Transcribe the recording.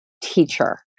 teacher